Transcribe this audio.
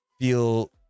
feel